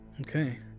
Okay